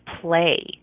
play